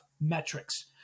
metrics